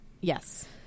Yes